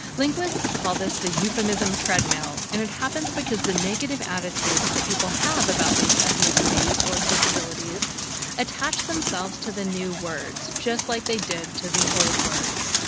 linguists call this the euphemism treadmill, and it happens because the negative attitudes that people have about these ethnicities or disabilities attach themselves to the new words just like they did to the old words.